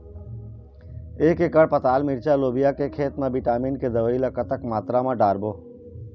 एक एकड़ पताल मिरचा लोबिया के खेत मा विटामिन के दवई ला कतक मात्रा म डारबो?